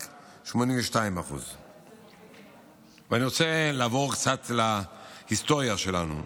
רק 82%. אני רוצה לעבור קצת להיסטוריה שלנו.